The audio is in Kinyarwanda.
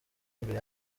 imbere